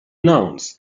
nouns